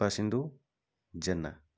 Kripasindhu Jena